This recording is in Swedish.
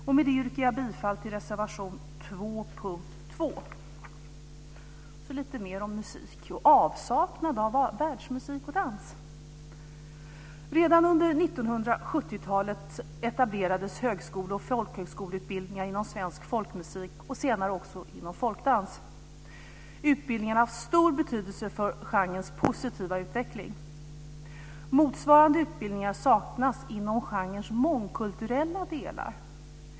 Med det yrkar jag bifall till reservation 2 under punkt 2. Så lite mer om musik och om avsaknad av världsmusik och dans. Redan under 1970-talet etablerades högskole och folkhögskoleutbildningar inom svensk folkmusik och senare också inom folkdans. Utbildningarna har stor betydelse för genrens positiva utveckling. Motsvarande utbildningar saknas inom genrens mångkulturella delar.